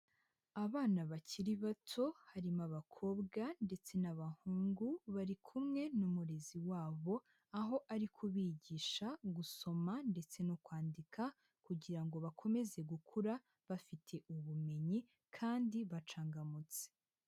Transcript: Abana bakiri bato harimo abakobwa ndetse n'abahungu, bari kumwe n'umurezi wabo, aho ari kubigisha gusoma ndetse no kwandika kugira ngo bakomeze gukura bafite ubumenyi kandi bacangamutse.